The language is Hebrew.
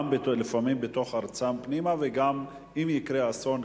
גם לפעמים בתוך ארצם פנימה וגם אם יקרה אסון,